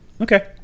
Okay